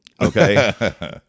Okay